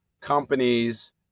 companies